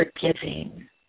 forgiving